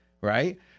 right